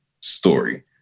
story